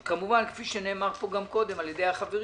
כמובן, כפי שנאמר פה גם קודם על ידי החברים,